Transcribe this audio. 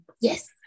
yes